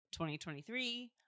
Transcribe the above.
2023